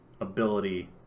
ability